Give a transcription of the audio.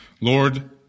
Lord